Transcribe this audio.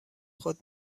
خود